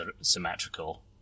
symmetrical